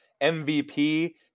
MVP